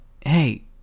Hey